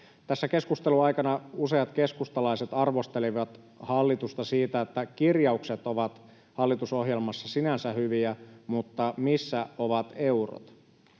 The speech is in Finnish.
Tässä keskustelun aikana useat keskustalaiset arvostelivat hallitusta siitä, että kirjaukset ovat hallitusohjelmassa sinänsä hyviä mutta missä ovat eurot.